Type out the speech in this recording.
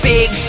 Big